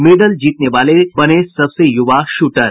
medal जीतने वाले बने सबसे युवा शूटर